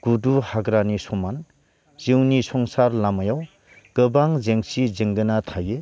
गुदु हाग्रानि समान जिउनि संसार लामायाव गोबां जेंसि जेंगोना थायो